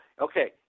okay